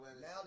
now